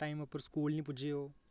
time उप्पर school निं पुज्जे ओह्